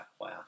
wow